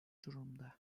durumda